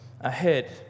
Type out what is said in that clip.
ahead